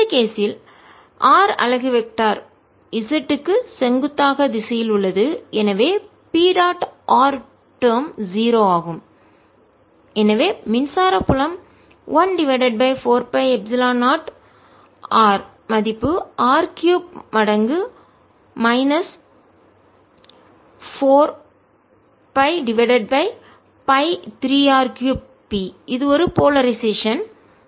இந்த கேஸ் இல்விஷயத்தில் r அலகு வெக்டர் திசையன் z க்கு செங்குத்தாக திசையில் உள்ளது எனவே p டாட் r டேர்ம் 0 ஆகும் எனவே மின்சார புலம் 1 டிவைடட் பை 4 pi எப்சிலன் 0 r மதிப்பு r 3மடங்கு minus 4 pi divided by 3 R 3 P அது ஒரு போலரைசேஷன் துருவமுனைப்பு